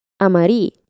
amari